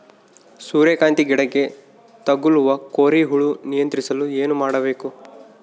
ಸೂರ್ಯಕಾಂತಿ ಗಿಡಕ್ಕೆ ತಗುಲುವ ಕೋರಿ ಹುಳು ನಿಯಂತ್ರಿಸಲು ಏನು ಮಾಡಬೇಕು?